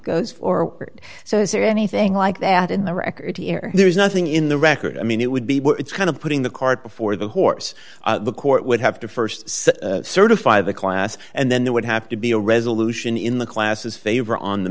forward so is there anything like that in the record there is nothing in the record i mean it would be it's kind of putting the cart before the horse the court would have to st certify the class and then there would have to be a resolution in the classes favor on the